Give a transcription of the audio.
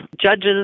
judges